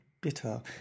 bitter